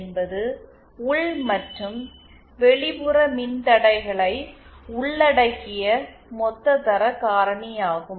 என்பது உள் மற்றும் வெளிப்புற மின்தடைகளை உள்ளடக்கிய மொத்த தர காரணியாகும்